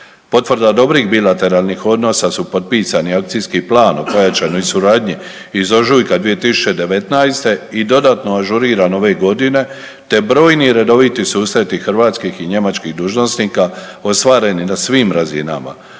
Potvrda dobrih bilateralnih odnosa su potpisani Akcijskim planom o pojačanoj suradnji iz ožujka 2019. i dodatno ažuriran ove godine te brojni i redoviti susreti hrvatskih i njemačkih dužnosnika ostvareni na svim razinama.